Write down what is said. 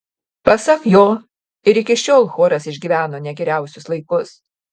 pasak jo ir iki šiol choras išgyveno ne geriausius laikus